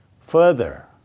Further